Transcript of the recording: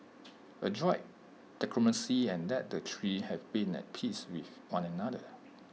adroit diplomacy and that the three have been at peace with one another